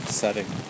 setting